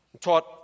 taught